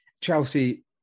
Chelsea